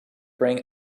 bring